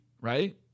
right